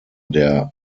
der